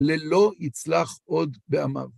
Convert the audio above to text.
ללא יצלח עוד בעמם.